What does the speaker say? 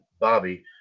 Bobby